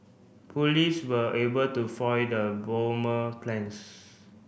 police were able to foil the bomber plans